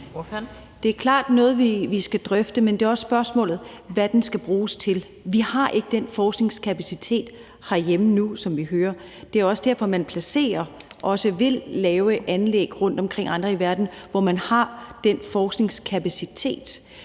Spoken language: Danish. Det er klart noget, vi skal drøfte. Men spørgsmålet er også, hvad det skal bruges til. Vi har ikke den forskningskapacitet herhjemme nu, som vi hører, og det er også derfor, man placerer og også vil lave anlæg andre steder rundtomkring i verden, hvor man har den forskningskapacitet.